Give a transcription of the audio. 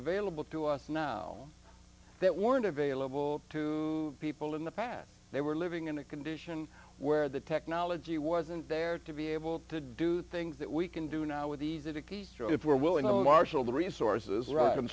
available to us now that weren't available to people in the past they were living in a condition where the technology wasn't there to be able to do things that we can do now with easy to keystroke if we're willing the marshal the resources ri